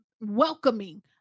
welcoming